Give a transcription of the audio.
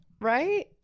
right